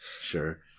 Sure